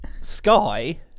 Sky